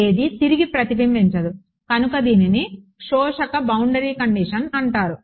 ఏదీ తిరిగి ప్రతిబింబించదు కనుక దీనిని శోషక బౌండరీ కండిషన్ అంటారు